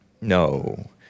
No